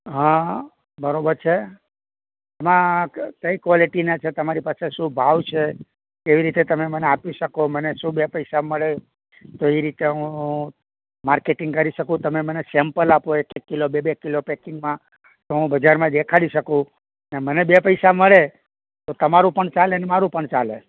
હાં બરોબર છે એમાં કઈ કોલેટીના છે તમારી પાસે શું ભાવ છે કેવી રીતે તમે મને આપી શકો મને શું બે પૈસા મળે તો એ રીતે હું માર્કેટિંગ કરી શકું તમે મને સેમ્પલ આપો એક કિલો બે બે કિલો પેકિંગમાં તો હું બજારમાં દેખાડી શકું અને મને બે પૈસા મળે તો તમારું પણ ચાલેને મારુ પણ ચાલે